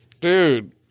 Dude